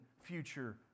future